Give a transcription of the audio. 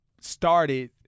started